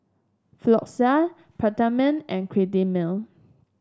Floxia Peptamen and Cetrimide